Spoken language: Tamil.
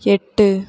எட்டு